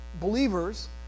believers